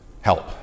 help